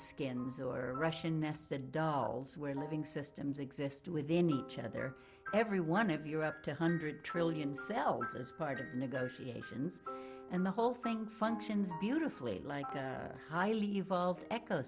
skins or russian nested dolls where living systems exist within each other every one of you up to hundred trillion cells as part of negotiations and the whole thing functions beautifully like a highly evolved ec